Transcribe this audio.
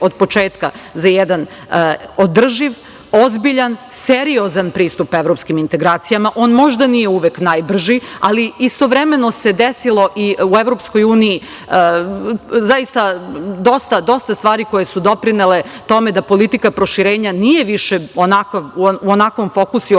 od početka za jedan održiv, ozbiljan, seriozan pristup evropskim integracijama. On možda nije uvek najbrži, ali istovremeno se desilo i u EU dosta stvari koje su doprinele tome da politika proširenja nije više u onakvom fokusu